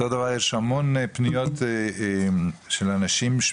באותו אופן יש המון פניות של אנשים,